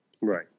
Right